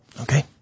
Okay